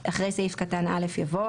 (22) בסעיף 53 אחרי סעיף קטן (א) יבוא: